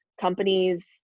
companies